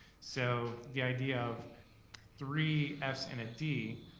so the idea of three fs and a d,